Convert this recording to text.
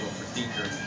procedure